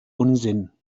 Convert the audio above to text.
unsinn